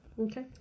Okay